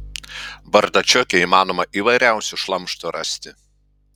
bardačioke įmanoma įvairiausio šlamšto rasti